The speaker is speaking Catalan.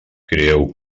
crieu